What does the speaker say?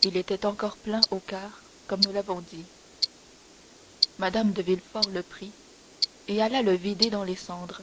il était encore plein au quart comme nous l'avons dit mme de villefort le prit et alla le vider dans les cendres